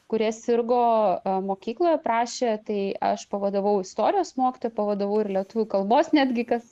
kurie sirgo mokykloje prašė tai aš pavadavau istorijos mokytoją pavadavau ir lietuvių kalbos netgi kas